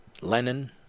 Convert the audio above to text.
Lenin